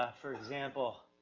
ah for example.